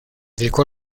dedicó